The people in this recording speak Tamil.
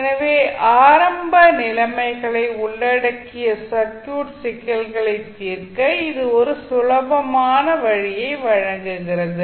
எனவே ஆரம்ப நிலைமைகளை உள்ளடக்கிய சர்க்யூட் சிக்கல்களை தீர்க்க இது ஒரு சுலபமான வழியை வழங்குகிறது